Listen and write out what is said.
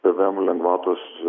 pvm lengvatos